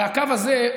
הרי בסוף הקו הזה,